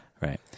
Right